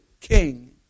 king